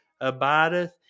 abideth